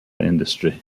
industry